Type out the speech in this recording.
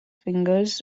fingers